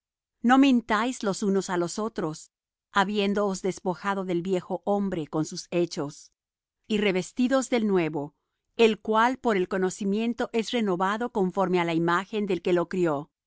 no mintáis los unos á los otros habiéndoos despojado del viejo hombre con sus hechos y revestídoos del nuevo el cual por el conocimiento es renovado conforme á la imagen del que lo crió